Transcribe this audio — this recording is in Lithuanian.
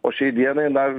o šiai dienai na